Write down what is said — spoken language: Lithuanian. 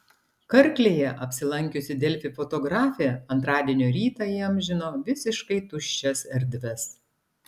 karklėje apsilankiusi delfi fotografė antradienio rytą įamžino visiškai tuščias erdves